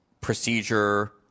procedure